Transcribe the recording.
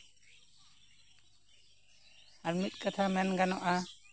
ᱟᱨ ᱢᱤᱫ ᱠᱟᱛᱷᱟ ᱢᱮᱱ ᱜᱟᱱᱚᱜᱼᱟ